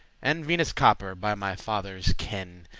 and venus copper, by my father's kin.